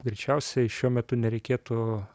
greičiausiai šiuo metu nereikėtų